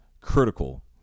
critical